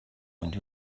und